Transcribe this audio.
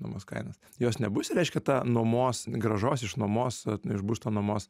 nuomos kainas jos nebus reiškia ta nuomos grąžos iš nuomos iš būsto nuomos